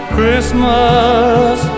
Christmas